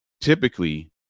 typically